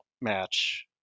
match